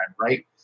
right